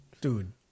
dude